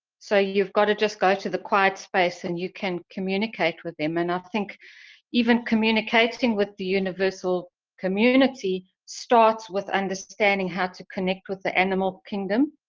so you've gotta just go to the quiet space, and you can communicate with them. and i think even communicating with the universal community starts with understanding how to connect with the animal kingdom.